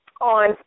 on